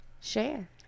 Share